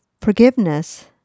forgiveness